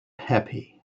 happy